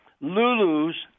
Lulu's